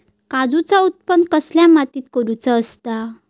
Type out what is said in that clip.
काजूचा उत्त्पन कसल्या मातीत करुचा असता?